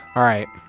all right.